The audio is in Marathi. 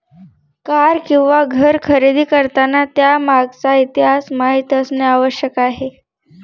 कार किंवा घर खरेदी करताना त्यामागचा इतिहास माहित असणे आवश्यक आहे